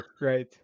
right